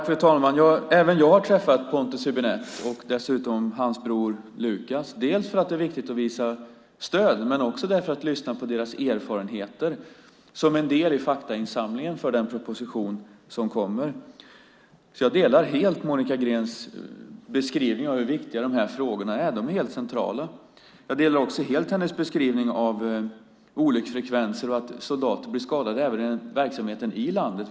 Fru talman! Även jag har träffat Pontus Hübinette och dessutom hans bror Lukas, dels för att det är viktigt att visa stöd, dels för att lyssna på deras erfarenheter som en del i faktainsamlingen för den proposition som kommer. Jag delar därför helt Monica Greens beskrivning av hur viktiga dessa frågor är. De är helt centrala. Jag delar också helt Monica Greens beskrivning av olycksfrekvenser och att soldater blir skadade även i verksamheten i landet.